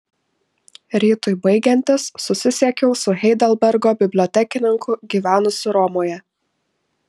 rytui baigiantis susisiekiau su heidelbergo bibliotekininku gyvenusiu romoje